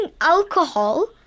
alcohol